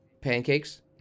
pancakes